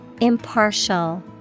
Impartial